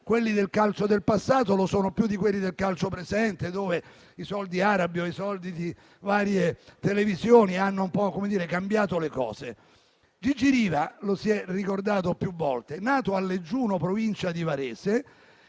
quelli del calcio del passato lo sono più di quelli del calcio presente, dove i soldi arabi o i soldi di varie televisioni hanno cambiato le cose. Gigi Riva - lo si è ricordato più volte - nato a Leggiuno, provincia di Varese,